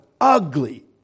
ugly